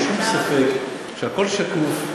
אין לי שום ספק שהכול שקוף,